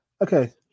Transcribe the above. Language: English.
Okay